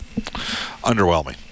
Underwhelming